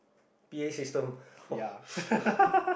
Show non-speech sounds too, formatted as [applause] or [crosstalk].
p_a system [breath] !wah!